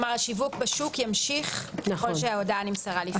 כלומר השיווק בשוק ימשיך ככל שההודעה נמסרה לפני.